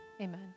amen